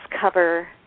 cover